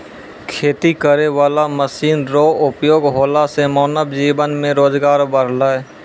खेती करै वाला मशीन रो उपयोग होला से मानब जीवन मे रोजगार बड़लै